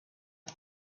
and